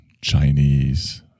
Chinese